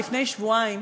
לפני שבועיים